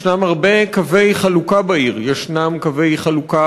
יש הרבה קווי חלוקה בעיר: יש קווי חלוקה